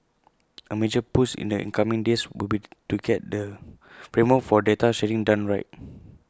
A major push in the incoming days would be to get the framework for data sharing done right